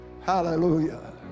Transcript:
Hallelujah